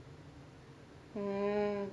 mm